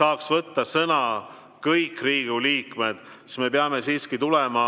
saaks võtta sõna kõik Riigikogu liikmed. Me peame siiski tulema